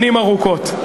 שנים ארוכות.